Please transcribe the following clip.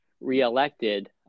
reelected